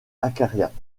acariâtre